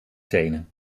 tenen